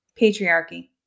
patriarchy